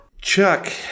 Chuck